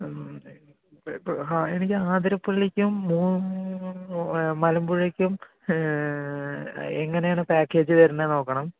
അതെ ഇപ്പോൾ എപ്പോൾ ഹായ് എനിക്ക് ആതിരപ്പള്ളിക്കും മലമ്പുഴയ്ക്കും എങ്ങനെയാണ് പാക്കേജ് വരുന്നതെന്ന് നോക്കണം